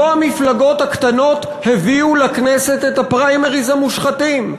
לא המפלגות הקטנות הביאו לכנסת את הפריימריז המושחתים.